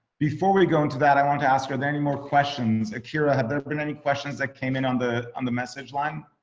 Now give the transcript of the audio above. before we go into that, i wanna ask, are there any more questions? akiera are there been any questions that came in on the on the message line?